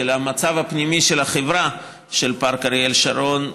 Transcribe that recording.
המצב הפנימי של החברה של פארק אריאל שרון,